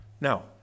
Now